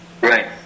Right